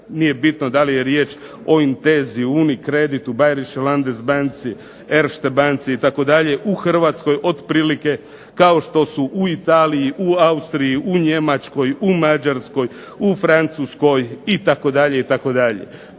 nije bitno da li je riječ o Intesi, UniCreditu, Bayerische Landes Banci, Erste banci u Hrvatskoj otprilike kao što su Italiji, u Austriji, u Njemačkoj, u Mađarskoj, u Francuskoj itd.